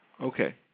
Okay